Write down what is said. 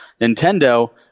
Nintendo